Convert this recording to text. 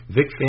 Vic